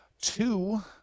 two